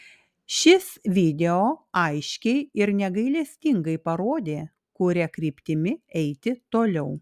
šis video aiškiai ir negailestingai parodė kuria kryptimi eiti toliau